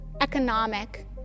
economic